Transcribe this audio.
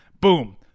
Boom